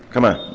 come on.